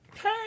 Hey